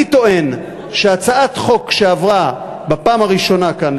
אני טוען שהצעת חוק שעברה בפעם הראשונה כאן,